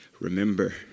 remember